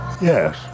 Yes